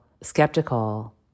skeptical